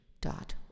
dot